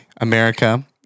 America